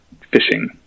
fishing